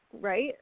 right